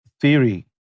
theory